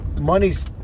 money's